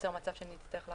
ייווצר מצב שנצטרך להחזיר.